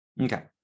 Okay